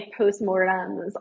postmortems